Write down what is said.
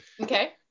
Okay